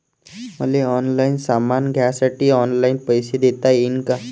मले ऑनलाईन सामान घ्यासाठी ऑनलाईन पैसे देता येईन का?